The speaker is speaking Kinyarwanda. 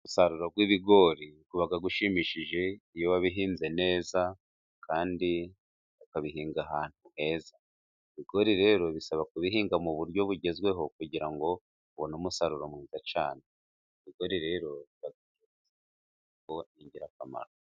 Umusaruro w'ibigori uba ushimishije, iyo wabihinze neza kandi ukabihinga ahantu heza. Ibigori rero bisaba kubihinga mu buryo bugezweho, kugira ngo ubone umusaruro mwiza cyane. Ibigori rero biba ingirakamaro.